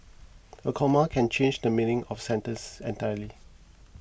a comma can change the meaning of a sentence entirely